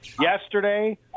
Yesterday –